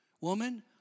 Woman